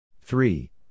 Three